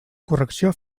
correcció